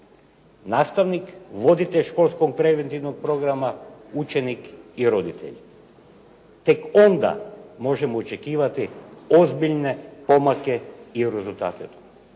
Nastavnik, voditelj preventivnog školskog programa, učenik i roditelj tek onda možemo očekivati ozbiljne pomake i rezultate